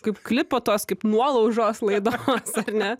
kaip klipatos kaip nuolaužos laidos ar ne